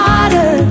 Water